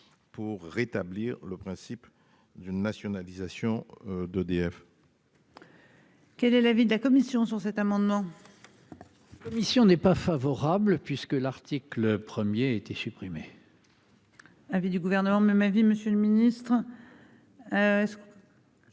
Pour rétablir le principe d'une nationalisation d'EDF. Quel est l'avis de la commission sur cet amendement. Ici on n'est pas favorable puisque l'article 1er été supprimé. L'avis du gouvernement, mais ma vie. Monsieur le Ministre.